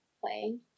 playing